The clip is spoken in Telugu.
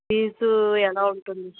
ఫీజు ఎలా ఉంటుంది